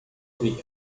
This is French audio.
rire